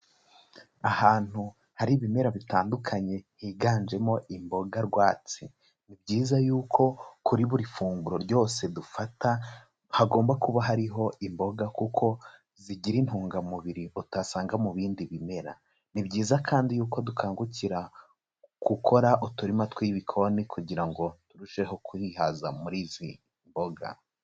Ahantu hari ibimera bitandukanye higanjemo imboga rwatsi, ni byiza y'uko kuri buri funguro ryose dufata hagomba kuba hariho imboga kuko zigira intungamubiri utasanga mu bindi bimera, ni byiza kandi y'uko dukangukira gukora uturima tw'ibikoni kugira ngo turusheho kwihaza muri izi mboga.